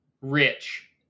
Rich